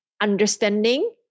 Understanding